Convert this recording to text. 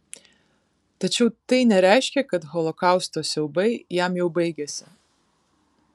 tačiau tai nereiškė kad holokausto siaubai jam jau baigėsi